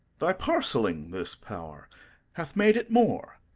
thy parcelling this power hath made it more.